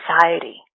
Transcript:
society